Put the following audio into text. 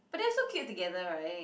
but they're so cute together right